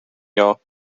jahr